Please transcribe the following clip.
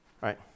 right